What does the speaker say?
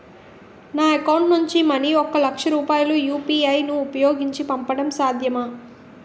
నా అకౌంట్ నుంచి మనీ ఒక లక్ష రూపాయలు యు.పి.ఐ ను ఉపయోగించి పంపడం సాధ్యమా?